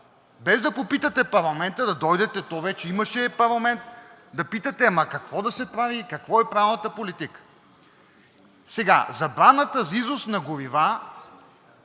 без да попитате парламента и да дойдете – вече имаше парламент, да попитате какво да се прави и каква е правилната политика? Забраната за износ на горива,